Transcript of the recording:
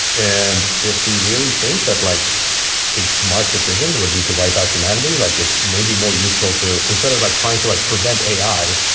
and if we really think that like a smart decision would be to wipe out humanity, like it may be more useful to instead of like trying to like prevent ai,